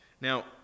Now